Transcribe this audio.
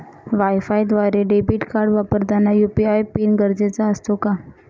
वायफायद्वारे debit card वापरताना UPI PIN गरजेचा असतो का?